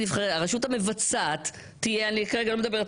שהרשות מבצעת תהיה אני כרגע לא מדברת